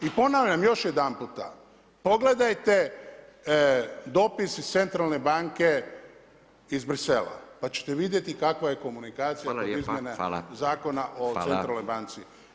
I ponavljam još jedanputa, pogledajte dopis iz centralne banke iz Bruxellesa pa ćete vidjeti kakva je komunikacija kod izmjene zakona o centralnoj banci.